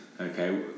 Okay